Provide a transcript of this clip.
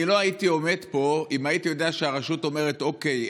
אני לא הייתי עומד פה אם הייתי יודע שהרשות אומרת: אוקיי,